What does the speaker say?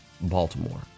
Baltimore